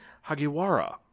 Hagiwara